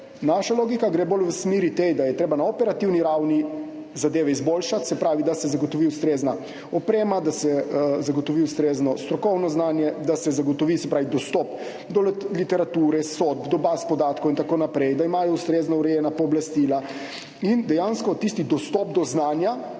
Naša logika gre bolj v tej smeri, da je treba na operativni ravni zadeve izboljšati, se pravi, da se zagotovi ustrezna oprema, da se zagotovi ustrezno strokovno znanje, da se zagotovi dostop do literature, sodb, do baz podatkov in tako naprej, da imajo ustrezno urejena pooblastila in dejansko tisti dostop do znanja,